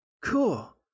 cool